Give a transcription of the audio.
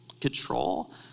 control